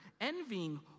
envying